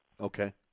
Okay